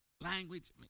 language